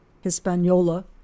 Hispaniola